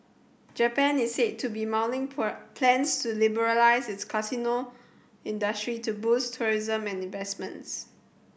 Japan is said to be mulling plans to liberalise its casino industry to boost tourism and investments